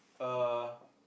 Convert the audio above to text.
uh